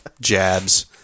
jabs